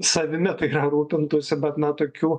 savimi tai yra rūpintųsi bet na tokių